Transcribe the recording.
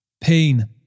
Pain